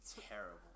terrible